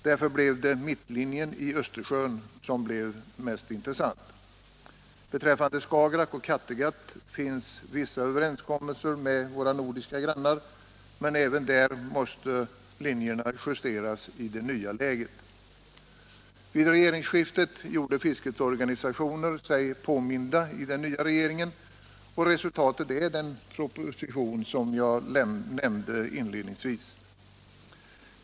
Därför blev mittlinjen i Östersjön mest intressant. Beträffande Skagerack och Kattegatt finns vissa överenskommelser med våra nordiska grannar, men även där måste linjerna justeras i det nya läget. Vic regeringsskiftet gjorde fiskets organisationer sig påminda till den nya regeringen, och resultatet är den proposition som jag nämnde inledningsvis.